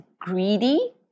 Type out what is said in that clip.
greedy